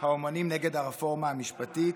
האומנים נגד הרפורמה המשפטית,